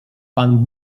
pan